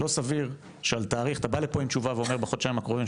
לא סביר שעל תאריך אתה בא לפה עם תשובה ואומר: בחודשיים הקרובים.